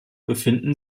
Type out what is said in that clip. befinden